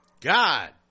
God